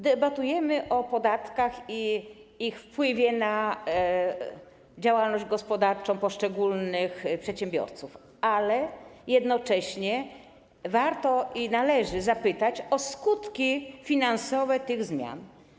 Debatujemy o podatkach i ich wpływie na działalność gospodarczą poszczególnych przedsiębiorców, ale jednocześnie warto i należy zapytać o skutki finansowe tych zmian.